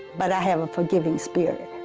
but i have a forgiving spirit.